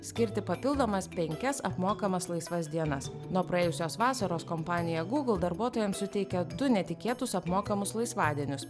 skirti papildomas penkias apmokamas laisvas dienas nuo praėjusios vasaros kompanija gugl darbuotojams suteikė du netikėtus apmokamus laisvadienius